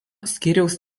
skyriaus